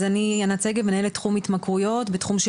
אני מנהלת את תחום התמכרויות בתחום של